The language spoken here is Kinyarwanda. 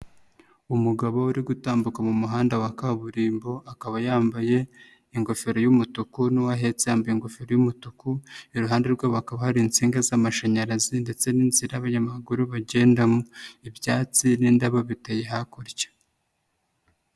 Umugabo uri gutambuka mu muhanda wa kaburimbo akaba yambaye ingofero y'umutuku n'uwahetse yambaye ingofero y'umutuku iruhande rw'abo hakaba hari insinga z'amashanyarazi ndetse n'inzira abanyamaguru bagendamo ibyatsi n'indabo biteye hakurya.